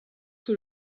que